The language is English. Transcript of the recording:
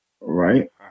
right